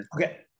Okay